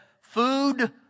food